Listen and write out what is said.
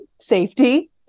safety